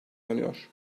inanıyor